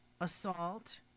assault